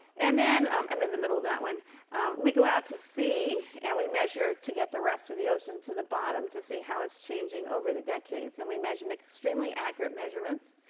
and then i'm in the middle of that one we go out to sea and we measure to get the rest of the ocean to the bottom, to see how it's changing over the decades. and we make extremely accurate measurements.